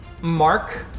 Mark